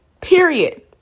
Period